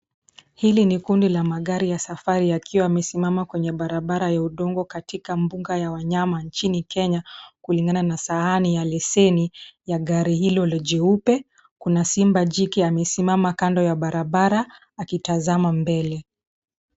Hili ni kundi la magari ya safari yakiwa yamesimama kwenye barabara ya udongo katika mbuga ya wanyama nchini Kenya kulingana na sahani ya leseni ya gari hilo jeupe. Kuna simba jike amesimama kando ya barabara akitazama mbele.